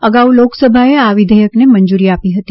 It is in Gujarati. અગાઉ લોકસભાએ આ વિધેયકને મંજૂરી આપી હતી